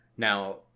Now